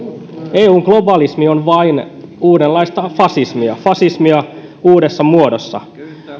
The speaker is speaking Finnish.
eun globalismi on vain uudenlaista fasismia fasismia uudessa muodossa